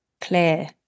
clear